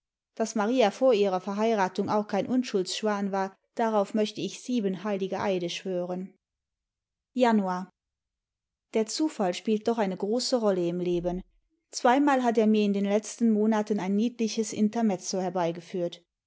daß maria vor ihrer verheiratung auch kein unschuldsschwan war darauf möchte ich sieben heilige eide schwören januar der zufall spielt doch eine große rolle im leben zweimal hat er mir in den letzten monaten ein niedliches intermezzo herbeigeführt